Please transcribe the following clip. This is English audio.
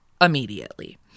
immediately